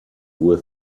due